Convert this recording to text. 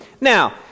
Now